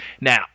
Now